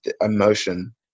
emotion